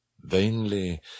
Vainly